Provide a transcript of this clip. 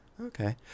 Okay